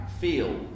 feel